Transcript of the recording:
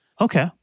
Okay